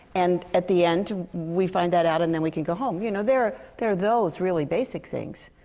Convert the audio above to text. and at the end, we find that out and then we can get home. you know, there are there are those really basic things.